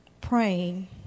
praying